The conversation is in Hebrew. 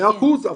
מאה אחוז,